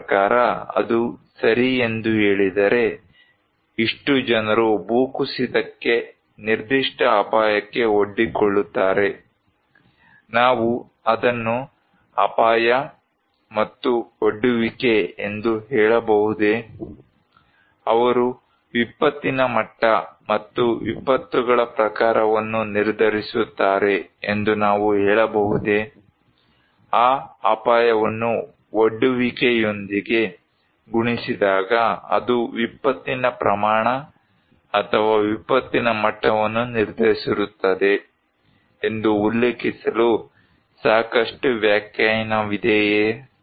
ನನ್ನ ಪ್ರಕಾರ ಅದು ಸರಿ ಎಂದು ಹೇಳಿದರೆ ಇಷ್ಟು ಜನರು ಭೂಕುಸಿತಕ್ಕೆ ನಿರ್ದಿಷ್ಟ ಅಪಾಯಕ್ಕೆ ಒಡ್ಡಿಕೊಳ್ಳುತ್ತಾರೆ ನಾವು ಅದನ್ನು ಅಪಾಯ ಮತ್ತು ಒಡ್ಡುವಿಕೆ ಎಂದು ಹೇಳಬಹುದೇ ಅವರು ವಿಪತ್ತಿನ ಮಟ್ಟ ಮತ್ತು ವಿಪತ್ತುಗಳ ಪ್ರಕಾರವನ್ನು ನಿರ್ಧರಿಸುತ್ತಾರೆ ಎಂದು ನಾವು ಹೇಳಬಹುದೇ ಆ ಅಪಾಯವನ್ನು ಒಡ್ಡುವಿಕೆಯೊಂದಿಗೆ ಗುಣಿಸಿದಾಗ ಅದು ವಿಪತ್ತಿನ ಪ್ರಮಾಣ ಅಥವಾ ವಿಪತ್ತಿನ ಮಟ್ಟವನ್ನು ನಿರ್ಧರಿಸುತ್ತದೆ ಎಂದು ಉಲ್ಲೇಖಿಸಲು ಸಾಕಷ್ಟು ವ್ಯಾಖ್ಯಾನವಿದೆಯೇ